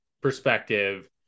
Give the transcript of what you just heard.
perspective